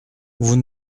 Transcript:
vous